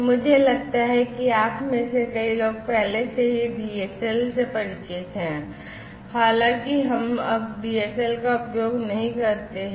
मुझे लगता है कि आप में से कई लोग पहले से ही DSL से परिचित हैं हालाँकि हम अब DSL का उपयोग नहीं करते हैं